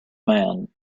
man